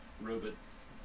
Robots